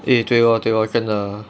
eh 对 lor 对 lor 真的